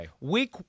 week